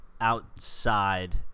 outside